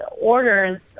orders